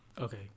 Okay